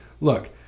look